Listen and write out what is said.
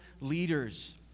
leaders